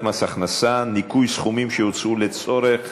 מס הכנסה (ניכוי סכומים שהוצאו לצורך